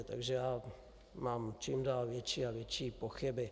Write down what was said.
Takže já mám čím dál větší a větší pochyby.